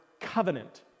covenant